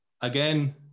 Again